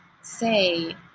say